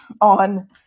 on